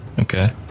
Okay